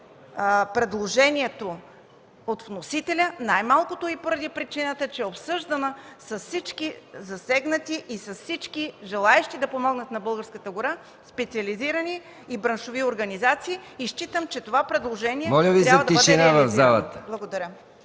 предложението на вносителя, най малкото и поради причината, че е обсъждано с всички засегнати и желаещи да помогнат на българската гора специализирани и браншови организации. Считам, че това предложение трябва да бъде реализирано. Благодаря